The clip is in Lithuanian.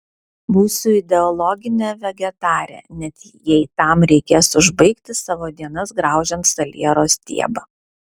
būsiu ideologinė vegetarė net jei tam reikės užbaigti savo dienas graužiant saliero stiebą